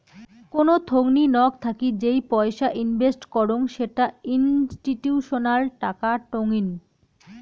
কোন থোংনি নক থাকি যেই পয়সা ইনভেস্ট করং সেটা ইনস্টিটিউশনাল টাকা টঙ্নি